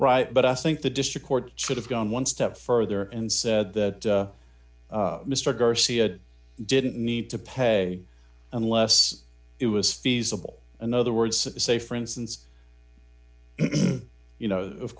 right but i think the district court should have gone one step further and said that mr garcia didn't need to pay unless it was feasible in other words say for instance you know of